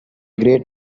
great